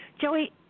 joey